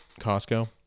Costco